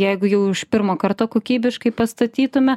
jeigu jau iš pirmo karto kokybiškai pastatytume